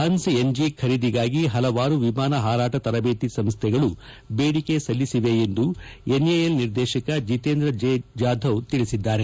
ಪನ್ಸ್ ಎನ್ಜಿ ಖರೀದಿಗಾಗಿ ಪಲವಾರು ವಿಮಾನ ಹಾರಾಟ ತರಬೇತಿ ಸಂಸ್ಥೆಗಳು ಬೇಡಿಕೆ ಸಲ್ಲಿಸಿವೆ ಎಂದು ಎನ್ಎಲ್ ನಿರ್ದೇಶಕ ಜಿತೇಂದ್ರ ಜೆ ಜಾಧವ್ ತಿಳಿಸಿದ್ದಾರೆ